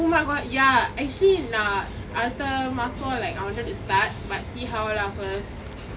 oh my god ya actually நான் அடுத்த மாசம்:naan adutha maasam like I wanted to start but see how lah first